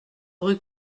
rue